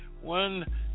one